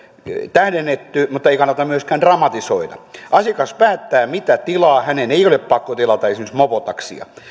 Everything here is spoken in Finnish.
tähdennetty mutta ei kannata myöskään dramatisoida asiakas päättää mitä tilaa hänen ei ole pakko tilata esimerkiksi mopotaksia